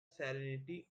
salinity